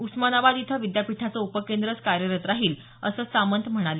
उस्मानाबाद इथं विद्यापीठाचं उपकेंद्रच कार्यरत राहील असं सामंत म्हणाले